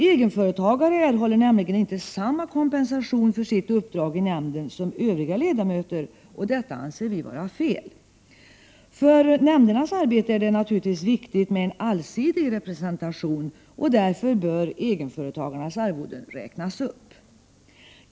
Egenföretagare erhåller nämligen inte samma kompensation för sitt uppdrag i nämnden som övriga ledamöter, och detta anser vi vara fel. För nämndernas arbete är det naturligtvis viktigt med en allsidig representation, och därför bör egenföretagarnas arvoden räknas upp.